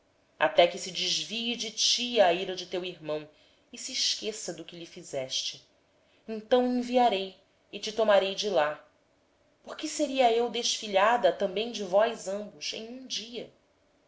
até que se desvie de ti a ira de teu irmão e ele se esqueça do que lhe fizeste então mandarei trazer te de lá por que seria eu desfilhada de vós ambos num só dia